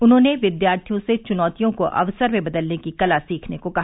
उन्होंने विद्यार्थियों से च्नौतियों को अवसर में बदलने की कला सीखने को कहा